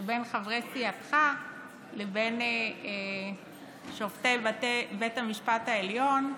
שבין חברי סיעתך לבין שופטי בית המשפט העליון,